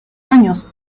años